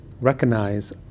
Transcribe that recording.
recognize